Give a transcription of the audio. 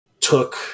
took